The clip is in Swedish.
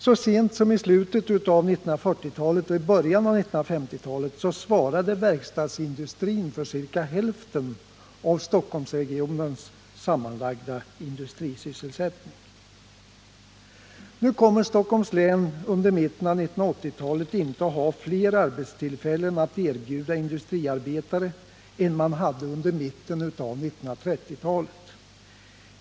Så sent som i slutet av 1940-talet och i början av 1950-talet svarade verkstadsindustrin för ca hälften av Stockholmsregionens sammanlagda industrisysselsättning. Under mitten av 1980-talet kommer Stockholms län inte att ha fler arbetstillfällen att erbjuda industriarbetare än vad man hade under mitten av 1930-talet.